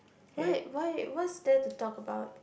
why why what's there to talk about